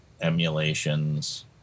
emulations